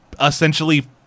essentially